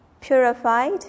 purified